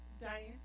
Diane